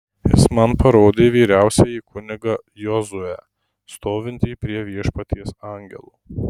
jis man parodė vyriausiąjį kunigą jozuę stovintį prie viešpaties angelo